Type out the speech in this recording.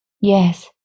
Yes